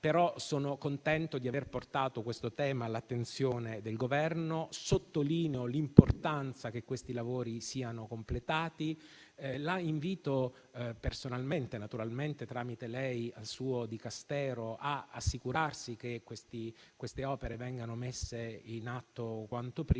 però sono contento di aver portato questo tema all'attenzione del Governo. Sottolineo l'importanza che questi lavori siano completati; invito lei personalmente e quindi, tramite lei, il suo Dicastero ad assicurarsi che queste opere vengano messe in atto quanto prima,